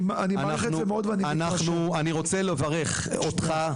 אני רוצה לברך אותך,